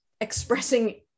expressing